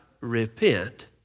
repent